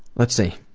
let's see.